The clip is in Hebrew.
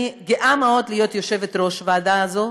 אני גאה מאוד להיות יושבת-ראש הוועדה הזאת,